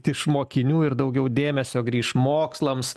iš mokinių ir daugiau dėmesio grįš mokslams